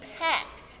packed